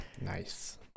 nice